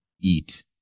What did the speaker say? eat